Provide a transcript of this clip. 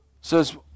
Says